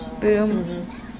boom